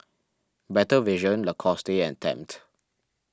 Better Vision Lacoste and Tempt